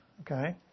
Okay